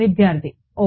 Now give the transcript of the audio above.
విద్యార్థి ఓ